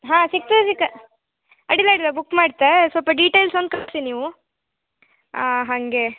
ಹಾಂ ಸಿಕ್ತದೆ ಸಿಕ ಅಡ್ಡಿಲ್ಲ ಅಡ್ಡಿಲ್ಲ ಬುಕ್ ಮಾಡ್ತೆ ಸ್ವಲ್ಪ ಡೀಟೇಲ್ಸ್ ಒಂದು ಕಳಿಸಿ ನೀವು ಹಾಗೆ